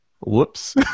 whoops